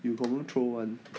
you probably troll [one]